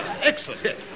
Excellent